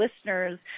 listeners